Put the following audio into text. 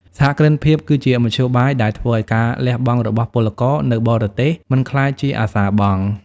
សហគ្រិនភាពគឺជា "មធ្យោបាយ" ដែលធ្វើឱ្យការលះបង់របស់ពលករនៅបរទេសមិនក្លាយជាអសារបង់។